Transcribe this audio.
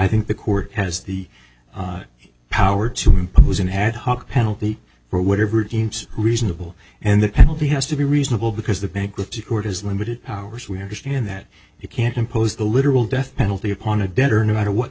think the court has the power to impose an ad hoc penalty for whatever deems reasonable and the penalty has to be reasonable because the bankruptcy court has limited powers we understand that you can't impose the literal death penalty upon a debtor no matter what